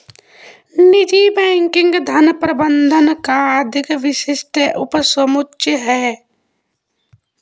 निजी बैंकिंग धन प्रबंधन का अधिक विशिष्ट उपसमुच्चय है